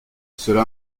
cela